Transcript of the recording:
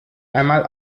einmal